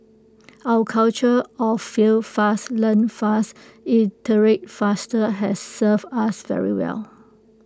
our culture of fail fast learn fast iterate faster' has served us very well